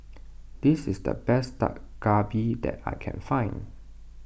this is the best Dak Galbi that I can find